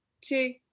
two